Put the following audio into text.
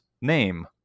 name